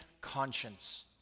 conscience